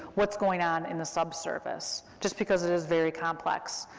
what's going on in the subsurface, just because it is very complex,